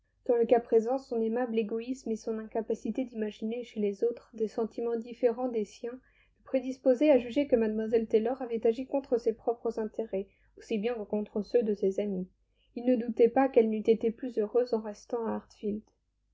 dans le cas présent son aimable égoïsme et son incapacité d'imaginer chez les autres des sentiments différents des siens le prédisposaient à juger que mlle taylor avait agi contre ses propres intérêts aussi bien que contre ceux de ses amis il ne doutait pas qu'elle n'eût été plus heureuse en restant